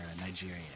Nigerian